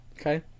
Okay